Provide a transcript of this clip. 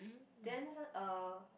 then uh